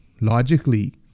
logically